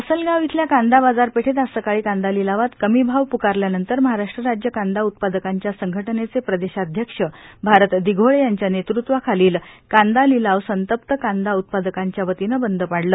लासलगाव येथील कांदा बाजारपेठेत आज सकाळी कांदा लिलावात कमी भाव प्रकारल्यानंतर महाराष्ट्र राज्य कांदा उत्पादकांच्या संघटनेचे प्रदेशाध्यक्ष भारत दिघोळे यांच्या नेतृत्वाखालील कांदा लिलाव संतप्त कांदा उत्पादकांच्या वतीने बंद पाडले